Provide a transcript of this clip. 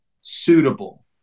suitable